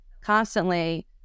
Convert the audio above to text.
constantly